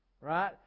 right